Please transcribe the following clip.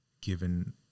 given